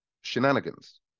shenanigans